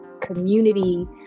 community